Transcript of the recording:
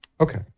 Okay